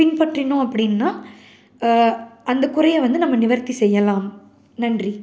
பின்பற்றினோம் அப்படின்னா அந்த குறையை வந்து நம்ம நிவர்த்தி செய்யலாம் நன்றி